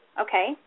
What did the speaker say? okay